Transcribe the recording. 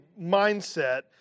mindset